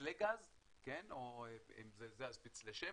מפצלי גז או פצלי שמן,